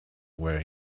where